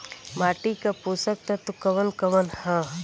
माटी क पोषक तत्व कवन कवन ह?